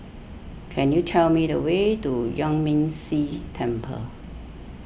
can you tell me the way to Yuan Ming Si Temple